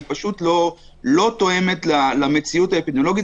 היא פשוט לא תואמת למציאות האפידמיולוגית.